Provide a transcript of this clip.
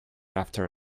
after